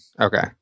Okay